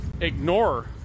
ignore